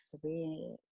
three